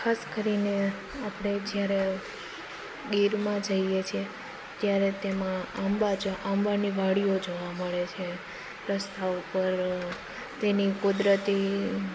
ખાસ કરીને આપણે જ્યારે ગીરમાં જઈએ છીએ ત્યારે તેમાં આંબાજો આંબાની વાડીઓ જોવા મળે છે રસ્તા ઉપર તેની કુદરતી